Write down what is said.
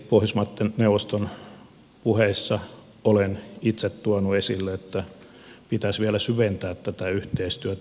pohjoismaitten neuvoston puheessa olen itse tuonut esille että pitäisi vielä syventää tätä yhteistyötä